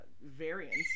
variants